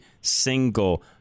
single